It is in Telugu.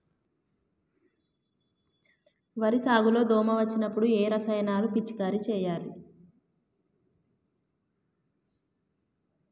వరి సాగు లో దోమ వచ్చినప్పుడు ఏ రసాయనాలు పిచికారీ చేయాలి?